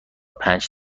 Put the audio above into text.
پنج